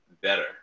better